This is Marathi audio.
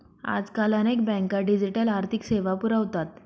आजकाल अनेक बँका डिजिटल आर्थिक सेवा पुरवतात